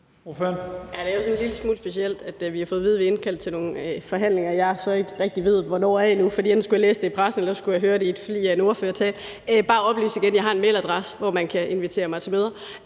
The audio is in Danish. det er jo en lille smule specielt, at vi har fået at vide, at vi er indkaldt til nogle forhandlinger, jeg så ikke rigtig ved hvornår er endnu, for enten skulle jeg læse det i pressen, eller også skulle jeg høre det i en flig af en ordførertale. Jeg vil bare oplyse igen, at jeg har en mailadresse, hvor man kan invitere mig til møder.